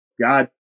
God